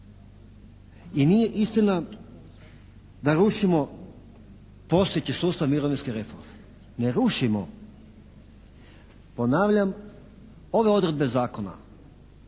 I nije istina da rušimo postojeći sustav mirovinske reforme. Ne rušimo. Ponavljam, ove odredbe zakona,